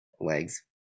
legs